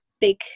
big